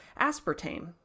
aspartame